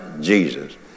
Jesus